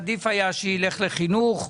עדיף היה שילך לחינוך,